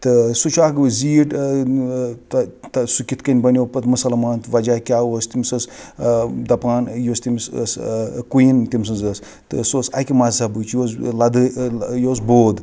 تہٕ سُہ چھُ اَکھ زیٖٹھ تہٕ سُہ کِتھ کٕنۍ بَنیو پتہٕ مَسلمان تہٕ وَجہ کیاہ اوس تٔمِس ٲسۍ دَپان یُس تٔمِس ٲس کُیِن تٔمۍ سٕنٛز ٲسۍ تہٕ سۄ ٲس اکہِ مَزہَبٕچ یہِ اوس لَدٲخۍ یہِ اوس بود